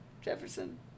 Jefferson